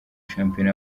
shampiyona